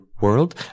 world